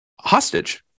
hostage